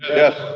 yes.